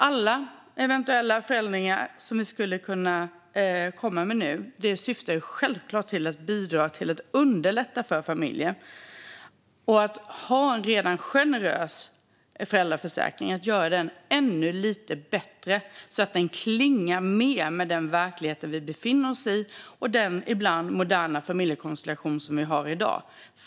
Alla eventuella förändringar som regeringen kan komma med syftar självklart till att underlätta för familjer och att göra en redan generös föräldraförsäkring ännu lite bättre så att den kommer mer i samklang med den verklighet vi befinner oss i och de moderna familjekonstellationer som finns i dag.